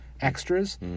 extras